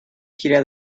gira